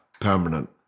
permanent